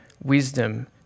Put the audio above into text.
wisdom